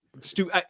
Stu